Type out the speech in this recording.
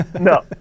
No